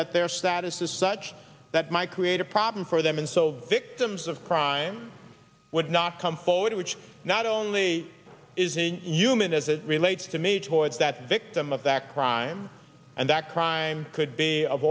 that their status is such that my create a problem for them and so victims of crime would not come forward which not only is a human as it relates to me towards that victim of that crime and that crime could be of